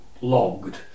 logged